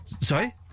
Sorry